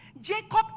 Jacob